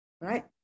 Right